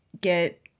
get